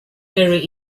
very